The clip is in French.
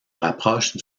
rapproche